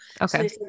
okay